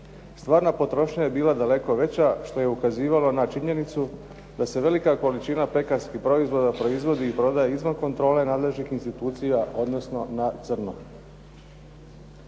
Stvarna potrošnja je bila daleko veća što je ukazivalo na činjenicu da se velika količina pekarskih proizvoda proizvodi i prodaje izvan kontrole nadležnih institucija odnosno na crno.